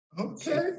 Okay